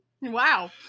Wow